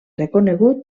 reconegut